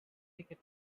ticket